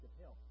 help